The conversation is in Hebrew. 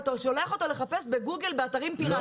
ואתה עוד שולח אותו לחפש בגוגל, באתרים פירטיים.